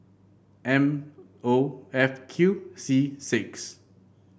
M O F Q C six